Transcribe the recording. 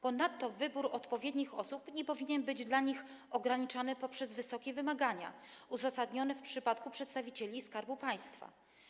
Ponadto wybór odpowiednich osób nie powinien być ograniczany poprzez wysokie wymagania, uzasadnione w przypadku przedstawicieli Skarbu Państwa.